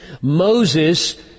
Moses